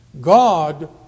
God